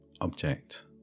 object